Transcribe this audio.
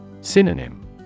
Synonym